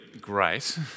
great